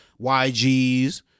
YGs